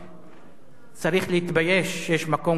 צריך להתבייש שיש מקום כזה במדינת ישראל.